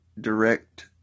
direct